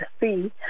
see